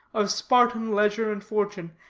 of spartan leisure and fortune,